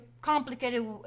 complicated